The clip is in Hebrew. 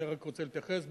אני רק רוצה להתייחס,